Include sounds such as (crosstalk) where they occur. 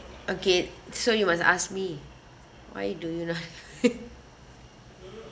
okay so you must ask me why do you not (laughs)